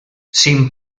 sin